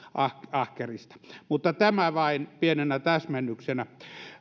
ahkerista tämä vain pienenä täsmennyksenä